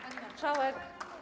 Pani Marszałek!